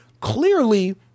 clearly